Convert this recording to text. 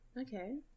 Okay